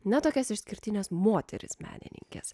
ne tokias išskirtines moteris menininkes